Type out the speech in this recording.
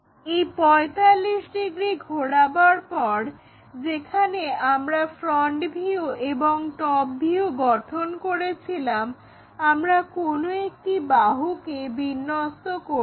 এই 45 ডিগ্রির ঘোরাবার পর যেখানে আমরা ফ্রন্ট ভিউ এবং টপ ভিউ গঠন করেছিলাম আমরা কোনো একটি বাহুকে বিন্যস্ত করব